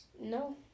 No